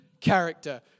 character